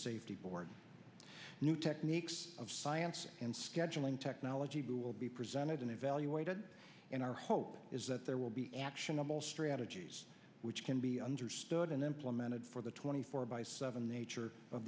safety board new techniques of science and scheduling technology will be presented and evaluated and our hope is that there will be actionable strategies which can be understood and implemented for the twenty four by seven nature of